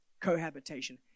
cohabitation